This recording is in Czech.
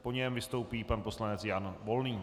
Po něm vystoupí pan poslanec Jan Volný.